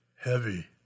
heavy